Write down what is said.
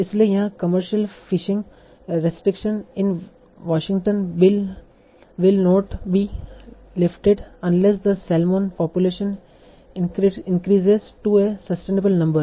इसलिए यहां commercial fishing restriction in Washington will not be lifted unless the salmon population increases to a sustainable number